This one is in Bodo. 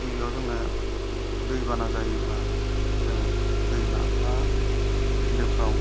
गिबियाव जोङो दैबाना जायोब्ला जों दैमा बा बिलोफ्राव